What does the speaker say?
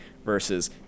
Versus